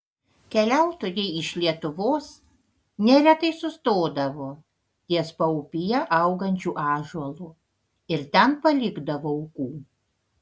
keliautojai iš lietuvos neretai sustodavo ties paupyje augančiu ąžuolu ir ten palikdavo aukų